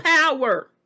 power